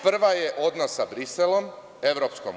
Prva je odnos sa Briselom, EU.